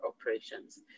operations